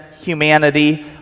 humanity